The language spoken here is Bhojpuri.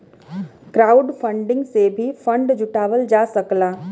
क्राउडफंडिंग से भी फंड जुटावल जा सकला